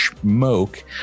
smoke